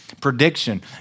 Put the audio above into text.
prediction